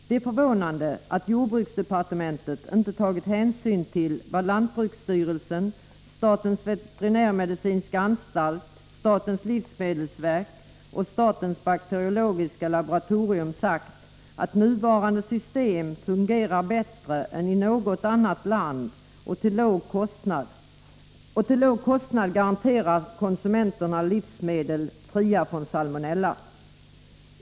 Det är förvånande att jordbruksdepartementet inte tagit hänsyn till vad lantbruksstyrelsen, statens veterinärmedicinska anstalt, statens livsmedelsverk och statens bakteriologiska laboratorium sagt — att nuvarande system fungerar bättre än i något annat land och till låg kostnad garanterar konsumenterna livsmedel, fria från salmonella.